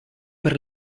per